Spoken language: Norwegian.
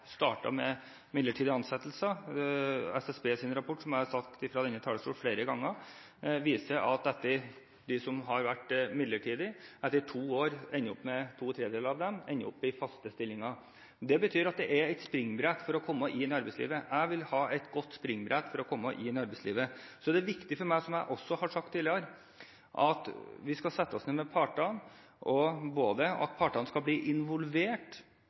vært midlertidig ansatt, etter to år ender opp med fast stilling. Det betyr at dette er et springbrett for å komme inn i arbeidslivet – jeg vil at det skal være et godt springbrett for å komme inn i arbeidslivet. Det er viktig for meg – som jeg også har sagt tidligere – både at vi setter oss ned med partene, og at partene blir involvert i hvordan vi skal